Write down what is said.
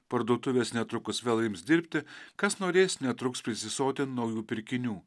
parduotuvės netrukus vėl ims dirbti kas norės netruks prisisotint naujų pirkinių